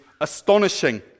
astonishing